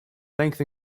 length